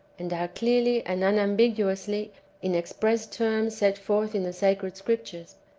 and are clearly and unam biguously in express terms set forth in the sacred scriptures.